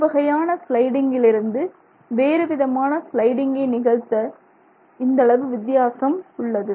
ஒரு வகையான ஸ்லைடிங்கிலிருந்து வேறுவிதமான ஸ்லைடிங்கை நிகழ்த்த இந்த அளவு வித்தியாசம் உள்ளது